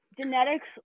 genetics